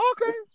Okay